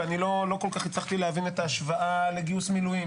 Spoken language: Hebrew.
אני לא כל כך הצלחתי להבין את ההשוואה לגיוס מילואים.